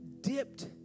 dipped